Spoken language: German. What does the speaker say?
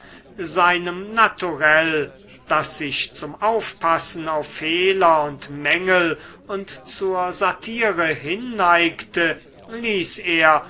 seinem naturell das sich zum aufpassen auf fehler und mängel und zur satire hinneigte ließ er